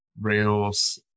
Rails